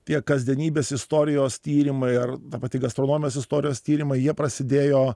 tie kasdienybės istorijos tyrimai ar pati gastronomijos istorijos tyrimai jie prasidėjo